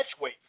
catchweight